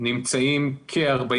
נמצאים כ-45